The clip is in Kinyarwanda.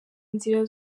inzira